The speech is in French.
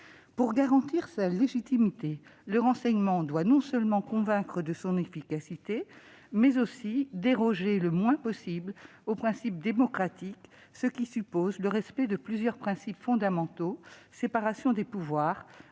Pour garantir sa légitimité, le renseignement doit non seulement convaincre de son efficacité, mais aussi déroger le moins possible aux valeurs démocratiques, ce qui suppose le respect de plusieurs principes fondamentaux, comme la séparation des pouvoirs,